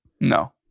No